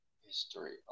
history